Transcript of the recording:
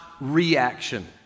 Reaction